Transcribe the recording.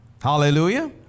Hallelujah